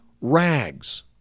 rags